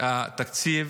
התקציב